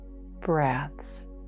breaths